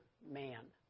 man